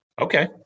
okay